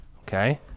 Okay